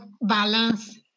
balance